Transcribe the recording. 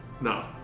No